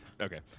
Okay